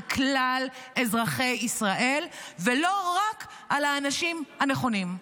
כלל אזרחי ישראל ולא רק על האנשים הנכונים.